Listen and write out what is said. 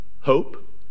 hope